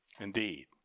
Indeed